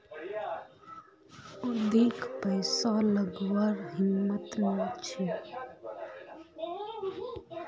अधिक पैसा लागवार हिम्मत नी छे